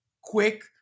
quick